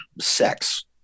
Sex